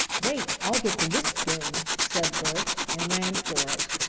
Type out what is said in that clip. wait, i'll get the whisk-broom, said bert, and ran for it.